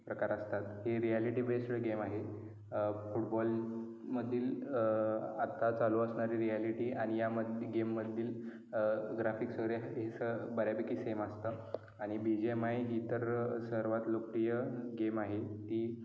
प्रकार असतात हे रिॲलिटी बेसवर गेम आहे फुटबॉलमधील आत्ता चालू असणारे रिॲलिटी आणि या मध गेममधील ग्राफिक्स वगैरे हे स बऱ्यापैकी सेम असतं आणि बी जी एम आय ही तर सर्वात लोकप्रिय गेम आहे ती